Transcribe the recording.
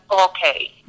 okay